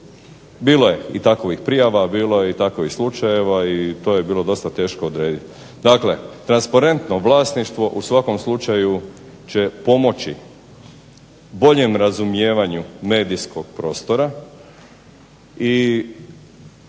bilo je i takovih prijava, bilo je i takovih slučajeva i to je bilo dosta teško odrediti. Dakle, transparentno vlasništvo u svakom slučaju će pomoći boljem razumijevanju medijskog prostora i